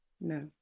No